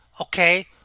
Okay